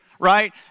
Right